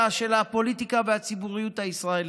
של הפוליטיקה והציבוריות הישראלית.